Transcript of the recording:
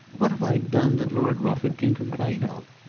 what have i done that lord rufford can complain of?